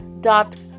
dot